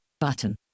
Button